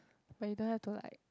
but you don't have to like